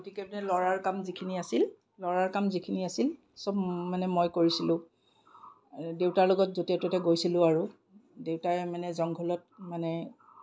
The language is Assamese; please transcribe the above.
গতিকে মানে ল'ৰাৰ কাম যিখিনি আছিল ল'ৰাৰ কাম যিখিনি আছিল চব মানে মই কৰিছিলোঁ দেউতাৰ লগত যতে ত'তে গৈছিলোঁ আৰু দেউতাই মানে জংঘলত মানে